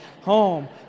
home